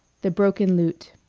the broken lute